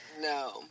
No